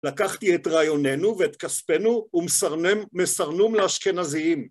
לקחתי את רעיוננו ואת כספנו ומסרנום לאשכנזיים.